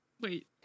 Wait